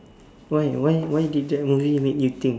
why why why did that movie made you think